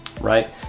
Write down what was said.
right